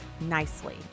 nicely